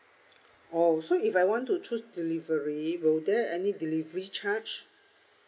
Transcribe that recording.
oh so if I want to choose delivery will there any delivery charge